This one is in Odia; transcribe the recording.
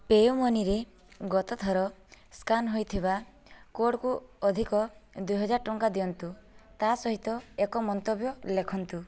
ପେ ୟୁ ମନିରେ ଗତଥର ସ୍କାନ୍ ହୋଇଥିବା କୋଡ଼୍କୁ ଅଧିକ ଦୁଇ ହଜାର ଟଙ୍କା ଦିଅନ୍ତୁ ତା'ସହିତ ଏକ ମନ୍ତବ୍ୟ ଲେଖନ୍ତୁ